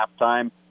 halftime